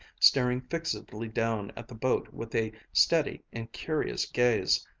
staring fixedly down at the boat with a steady, incurious gaze.